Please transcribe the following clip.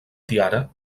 tiara